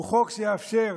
הוא חוק שיאפשר,